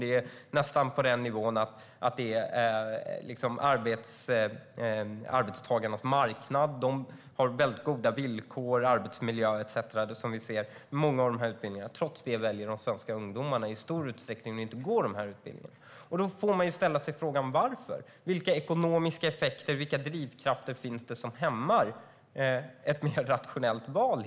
Det är nästan arbetstagarnas marknad, och man får goda villkor, bra arbetsmiljö etcetera med dessa utbildningar. Trots detta väljer svenska ungdomar i stor utsträckning att inte gå dessa utbildningar. Då måste vi ställa oss frågan varför. Vilka ekonomiska effekter och drivkrafter är det som hämmar ett rationellt val?